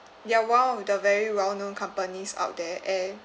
they're one of the very well known companies out there and